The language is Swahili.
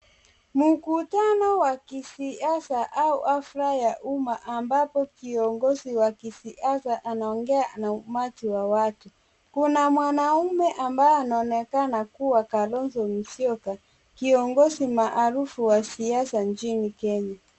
Mkutano wa kisiasa au hafla ya uma ambapo kiongozi wa kisiasa anaongea na umati wa watu. Kuna mwanaume ambaye anaonekana kuwa Kalonzo Musyoka, kiongozi maarufu wa siasa nchini Kenya.